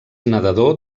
nedador